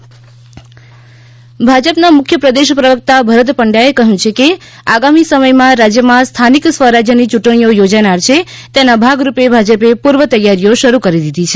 ભાજપ ભરત પંડ્યા ભાજપના મુખ્ય પ્રદેશ પ્રવક્તા ભરત પંડ્યાએ કહ્યું છે કે આગામી સમયમાં રાજ્યમાં સ્થાનિક સ્વરાજ્યની ચૂંટણીઓ યોજાનાર છે તેના ભાગરૂપે ભાજપે પૂર્વ તૈયારીઓ શરૂ કરી દીધી છે